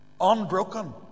unbroken